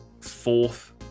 fourth